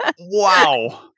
Wow